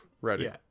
ready